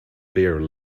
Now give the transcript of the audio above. beer